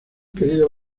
querido